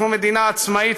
אנחנו מדינה עצמאית,